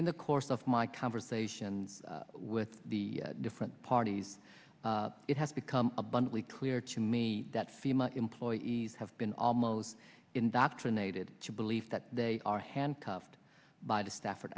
in the course of my conversation with the different parties it has become abundantly clear to me that female employees have been almost indoctrinated to believe that they are handcuffed by the stafford